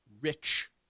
Rich